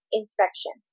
inspection